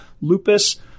lupus